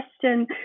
question